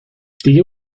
دیگه